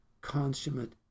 consummate